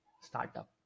startup